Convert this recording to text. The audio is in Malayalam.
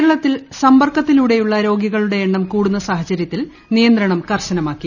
കേരളത്തിൽ സമ്പർക്കത്തിലൂടെയുള്ള രോഗികളുടെ എണ്ണം കൂടുന്ന സാഹചര്യത്തിൽ നിയന്ത്രണം കർശനമാക്കി